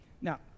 Now